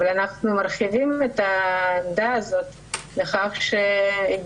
ואנחנו מרחיבים את העמדה הזאת לכך שהגיע